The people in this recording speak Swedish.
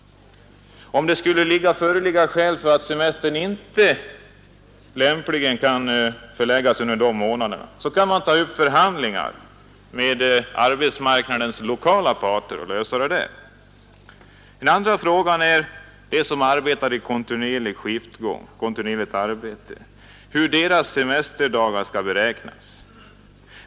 Om det skulle föreligga skäl som gör att semestern inte lämpligen kan förläggas under dessa månader, kan man ta upp förhandlingar mellan arbetsmarknadens lokala parter för att uppnå en lösning. Den andra frågan gäller hur semesterdagarna skall beräknas för dem som arbetar i kontinuerligt skiftarbete.